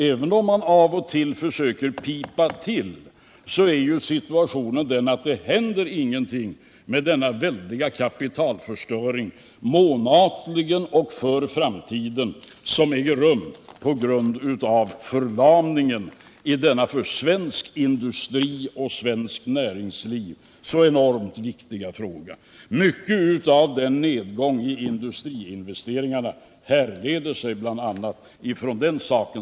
Även om man av och till försöker pipa till, händer det ingenting. Det är en väldig kapitalförstöring, månatligen och för framtiden, som äger rum på grund av handlingsförlamningen i denna för svensk industri och svenskt näringsliv enormt viktiga fråga. Mycket av nedgången i industriinvesteringarna härleder sig bl.a. från den saken.